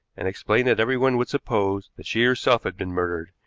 and explained that everyone would suppose that she herself had been murdered,